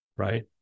right